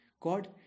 God